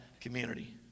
community